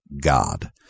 God